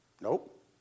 Nope